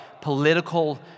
political